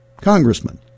congressman